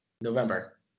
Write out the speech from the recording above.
November